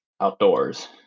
outdoors